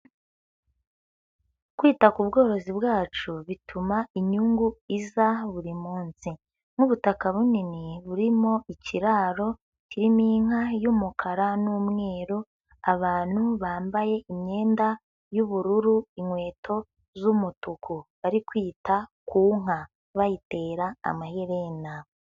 Kwita ku bworozi bwacu bituma inyungu iza buri munsi. Nk'ubutaka bunini burimo ikiraro kirimo inka y'umukara n'umweru, abantu bambaye imyenda y'ubururu, inkweto z'umutuku, bari kwita ku nka bayitera amaherena.